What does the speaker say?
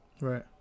Right